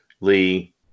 Lee